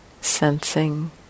sensing